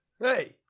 Hey